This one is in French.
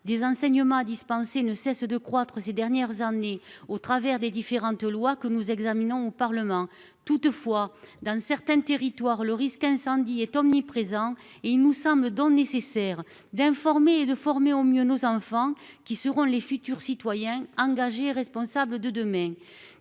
Des enseignements dispensés ne cesse de croître ces dernières années au travers des différentes lois que nous examinons au Parlement. Toutefois, dans certains territoires, le risque incendie est omniprésent et il nous sommes dans nécessaire d'informer et de former au mieux nos enfants qui seront les futurs citoyens engagés responsable de demain